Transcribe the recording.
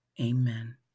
Amen